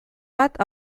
bat